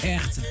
Echt